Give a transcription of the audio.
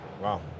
Wow